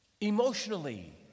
emotionally